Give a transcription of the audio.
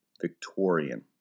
Victorian